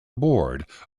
board